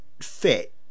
fit